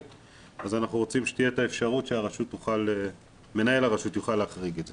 אז אנחנו רוצים שתהיה אפשרות שמנהל הרשות יוכל להחריג את זה.